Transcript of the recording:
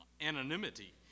anonymity